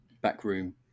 backroom